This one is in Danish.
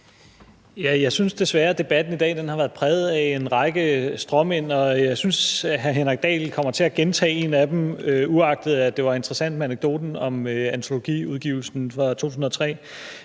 Jeg synes desværre, at debatten i dag har været præget af en række stråmænd, og jeg synes, at hr. Henrik Dahl kommer til at gentage en af dem, uagtet at det var interessant med anekdoten om antologiudgivelsen fra 2003.